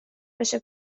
بشه